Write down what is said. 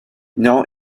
now